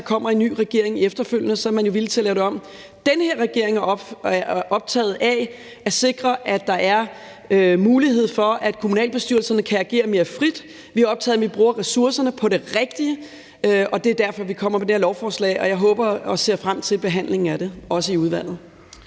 der kommer en ny regering efterfølgende, som er villig til at lave det om. Den her regering er optaget af at sikre, at der er mulighed for, at kommunalbestyrelserne kan agere mere frit. Vi er optaget af, at vi bruger ressourcerne på det rigtige, og det er derfor, at vi kommer med det her lovforslag. Og jeg ser frem til behandlingen af det, også i udvalget.